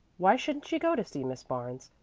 why shouldn't she go to see miss barnes?